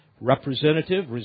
representative